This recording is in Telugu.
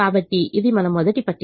కాబట్టి ఇది మన మొదటి పట్టిక